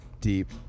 Deep